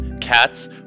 cats